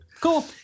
cool